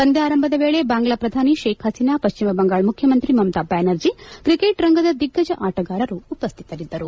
ಪಂದ್ಯಾರಂಭದ ವೇಳೆ ಬಾಂಗ್ಲಾ ಪ್ರಧಾನಿ ಶೇಖ್ ಪಸೀನಾ ಪಶ್ಚಿಮ ಬಂಗಾಳದ ಮುಖ್ಯಮಂತ್ರಿ ಮಮತಾ ಬ್ಯಾನರ್ಜಿ ಕ್ರಿಕೆಟ್ ರಂಗದ ದಿಗ್ಗಜ ಆಟಗಾರರು ಉಪಶ್ಥಿತರಿದ್ದರು